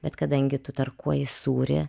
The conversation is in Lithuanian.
bet kadangi tu tarkuoji sūrį